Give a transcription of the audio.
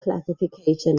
classification